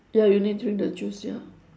ya you need drink the juice ya